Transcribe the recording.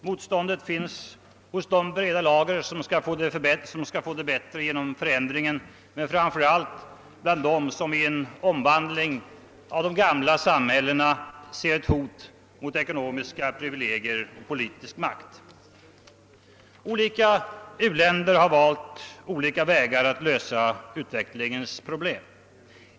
Motståndet finns hos de breda lager som skall få det bättre genom förändringen men framför allt bland dem som i en omvandling av de gamla samhällena ser ett hot mot ekonomiska privilegier och politisk makt. Olika u-länder har vait olika vägar att lösa utvecklingens problem.